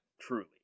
Truly